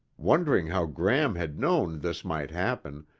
wondering how gram had known this might happen,